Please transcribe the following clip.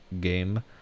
game